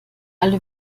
alle